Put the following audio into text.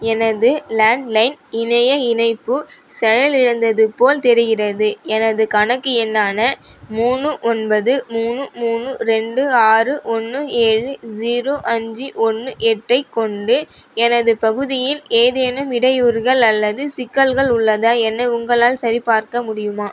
எனது landline இணைய இணைப்பு செயலிழந்தது போல் தெரிகிறது எனது கணக்கு எண்ணான மூணு ஒன்பது மூணு மூணு ரெண்டு ஆறு ஒன்று ஏழு ஜீரோ அஞ்சு ஒன்று எட்டைக் கொண்டு எனது பகுதியில் ஏதேனும் இடையூறுகள் அல்லது சிக்கல்கள் உள்ளதா என உங்களால் சரிபார்க்க முடியுமா